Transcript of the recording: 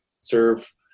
serve